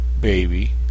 baby